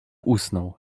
usnął